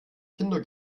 kinder